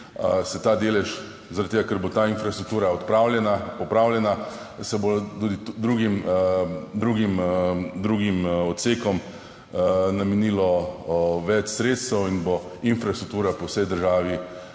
se ta delež zaradi tega, ker bo ta infrastruktura odpravljena, popravljena, se bo tudi drugim, drugim, drugim odsekom namenilo več sredstev in bo infrastruktura po vsej državi,